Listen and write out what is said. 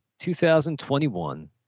2021